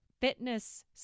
fitness